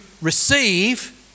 receive